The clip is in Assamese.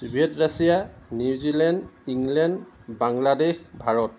Soviet Russia New Zealand England Bangladesh Bharat